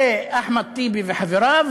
ואחמד טיבי וחבריו